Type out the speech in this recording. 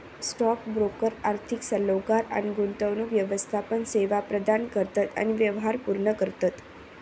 stock broker आर्थिक सल्लोगार आणि गुंतवणूक व्यवस्थापन सेवा प्रदान करतत आणि व्यवहार पूर्ण करतत